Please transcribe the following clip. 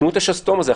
תנו את השסתום הזה,